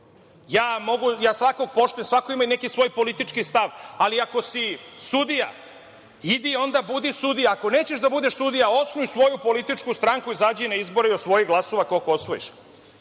Ja svakog poštujem, svako ima i neki svoj politički stav, ali ako si sudija idi onda budi sudija, ako nećeš da budeš sudija osnuj svoju političku stranku, izađi na izbore i osvoji glasova koliko osvojiš,